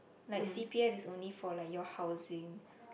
like C_P_F is only for like your housing